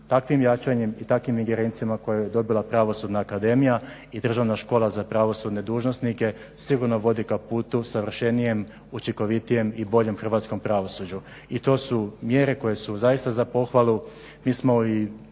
takvim jačanjem i takvim ingerencijama koje je dobila Pravosudna akademija i Državna škola za pravosudne dužnosnike sigurno vodi ka putu savršenijem, učinkovitijem i boljem hrvatskom pravosuđu. I to su mjere koje su zaista za pohvalu.